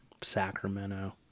sacramento